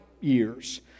years